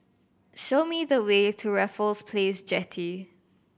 show me the way to Raffles Place Jetty